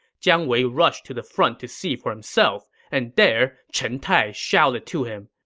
jiang wei rushed to the front to see for himself, and there, chen tai shouted to him,